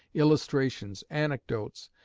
illustrations, anecdotes,